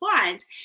clients